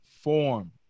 form